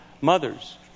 mothers